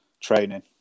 training